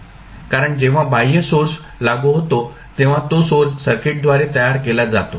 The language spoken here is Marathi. कारण जेव्हा बाह्य फोर्स लागू होतो तेव्हा तो सर्किटद्वारे तयार केला जातो